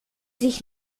sich